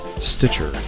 Stitcher